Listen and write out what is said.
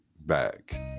back